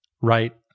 right